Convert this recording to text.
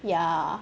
ya